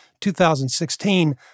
2016